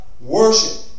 worship